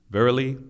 Verily